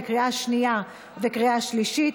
בקריאה שנייה וקריאה שלישית.